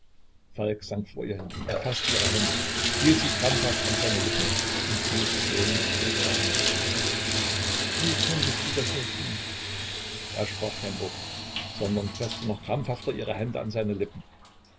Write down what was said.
sank vor ihr hin er faßte ihre hände hielt sie krampfhaft an seinen lippen sie fühlte tränen über ihre hände fließen wie konntest du das nur tun er sprach kein wort sondern preßte noch krampfhafter ihre hände an seine lippen